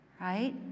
Right